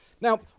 Now